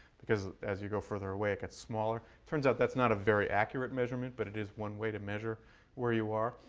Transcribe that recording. because as you go further away, it get's smaller. it turns out that's not a very accurate measurement. but it is one way to measure where you are.